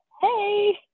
hey